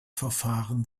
verfahren